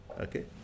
Okay